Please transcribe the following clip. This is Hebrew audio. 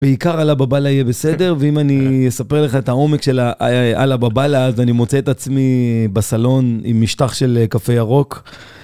בעיקר עלה בבלה יהיה בסדר, ואם אני אספר לך את העומק של העלה בבלה, אז אני מוצא את עצמי בסלון עם משטח של קפה ירוק.